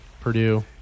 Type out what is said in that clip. Purdue